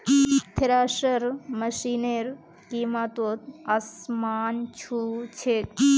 thresher मशिनेर कीमत त आसमान छू छेक